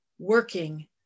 working